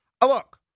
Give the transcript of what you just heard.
Look